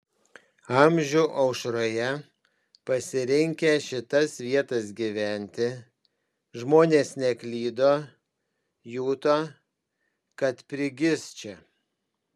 amžių aušroje pasirinkę šitas vietas gyventi žmonės neklydo juto kad prigis čia